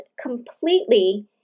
completely